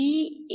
V